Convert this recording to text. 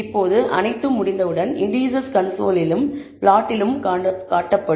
இப்போது அனைத்தும் முடிந்தவுடன் இண்டீசெஸ் கன்சோலிலும் பிளாட்டிலும் காட்டப்படும்